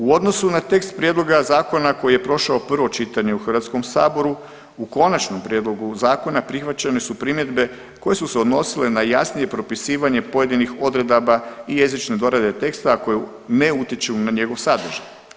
U odnosu na tekst prijedloga zakona koji je prošao prvo čitanje u Hrvatskom saboru u konačnom prijedlogu zakona prihvaćene su primjedbe koje su se odnosile na jasnije propisivanje pojedinih odredaba i jezične dorade teksta a koje ne utječu na njegov sadržaj.